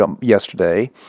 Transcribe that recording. yesterday